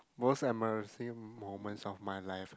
most embarrassing moments of my life